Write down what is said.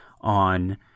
on